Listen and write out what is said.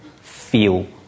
Feel